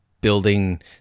building